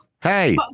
Hey